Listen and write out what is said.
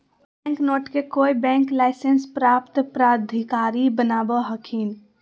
bank note के कोय bank licence प्राप्त प्राधिकारी बनावो हखिन